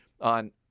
on